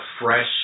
fresh